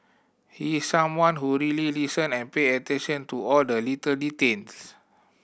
he's someone who really listen and pay attention to all the little details